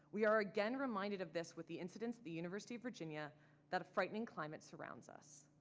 we are again reminded of this with the incidents at the university of virginia that a frightening climate surrounds us.